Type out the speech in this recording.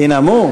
ינאמו?